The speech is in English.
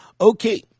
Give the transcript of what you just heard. Okay